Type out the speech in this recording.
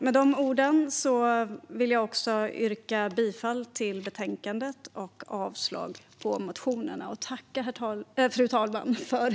Med dessa ord vill jag yrka bifall till utskottets förslag i betänkandet och avslag på motionerna.